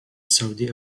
saudi